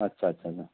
अच्छा अच्छा अच्छा